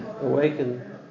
awaken